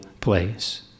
place